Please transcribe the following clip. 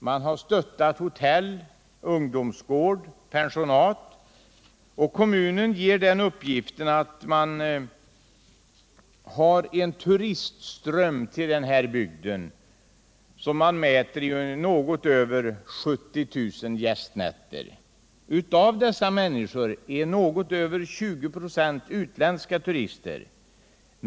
Man har stöttat hotell, ungdomsgård och pensionat, och kommunen uppger att man har en turistström till denna bygd som kan mätas i något över 70 000 gästnätter. Av de människor som kommer dit är något över 20 25 utländska turister.